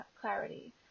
clarity